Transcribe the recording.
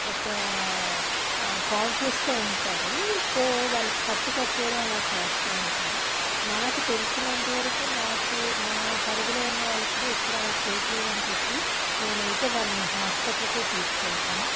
ఒకా కాన్సియస్తో ఉంటారు సో వాళ్ళు కట్టు కట్టేయడం అలా చేస్తా ఉంటారు నాకు తెలిసినంతవరకు నాకు నా పరిధిలో ఉన్న వాళ్ళు కూడా ఎప్పుడు అలా చేయకూడదు అని చెప్పి నేనైతే వాళ్ళని హాస్పిటల్కే తీసుకెళ్తాను